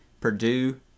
Purdue